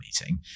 meeting